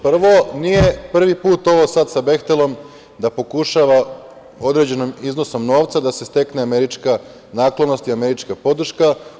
Prvo, nije prvi put ovo sada sa "Behtelom" da pokušava određenim iznosom novca da se stekne američka naklonost i američka podrška.